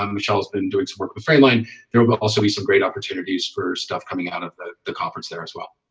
um michelle has been doing some work with freeline there will but also be some great opportunities for stuff coming out of the the conference there as well